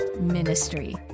Ministry